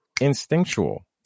instinctual